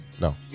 No